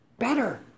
Better